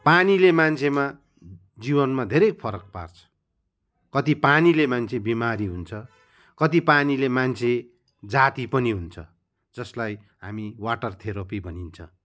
पानीले मान्छेमा जीवनमा धेरै फरक पार्छ कति पानीले मान्छे बिमारी हुन्छ कति पानीले मान्छे जाती पनि हुन्छ जसलाई हामी वाटर थेरापी भनिन्छ